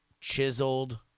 chiseled